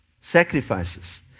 sacrifices